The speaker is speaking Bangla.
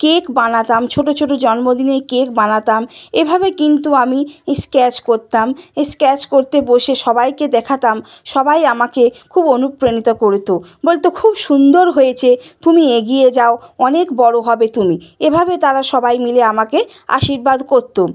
কেক বানাতাম ছোটো ছোটো জন্মদিনের কেক বানাতাম এভাবে কিন্তু আমি স্কেচ করতাম স্কেচ করতে বসে সবাইকে দেখাতাম সবাই আমাকে খুব অনুপ্রাণিত করতো বলতো খুব সুন্দর হয়েছে তুমি এগিয়ে যাও অনেক বড়ো হবে তুমি এভাবে তারা সবাই মিলে আমাকে আশীর্বাদ করতো